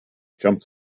jumps